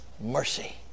mercy